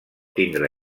tindre